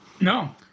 No